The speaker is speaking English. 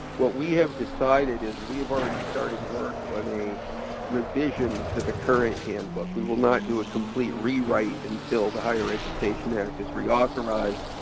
what we have decided is we have already started work on a revision to the current handbook. we will not do a complete rewrite until the higher education act is reauthorized.